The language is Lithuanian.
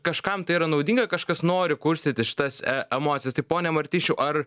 kažkam tai yra naudinga kažkas nori kurstyti šitas e emocijas taip pone martišiau ar